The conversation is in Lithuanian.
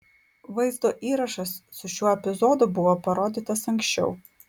vaizdo įrašas su šiuo epizodu buvo parodytas anksčiau